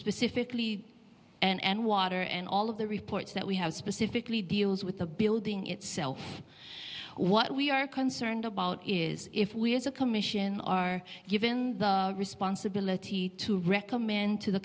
specifically and water and all of the reports that we have specifically deals with the building itself what we are concerned about is if we as a commission are given the responsibility to recommend to the